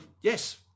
yes